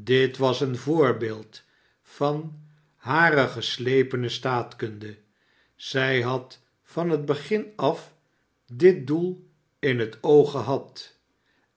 dit was een voorbeeld van hare geslepene staatkunde zij had van het begin af dit doel in het oog gehad